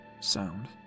sound